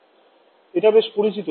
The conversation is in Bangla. →→ এটা বেশ পরিচিত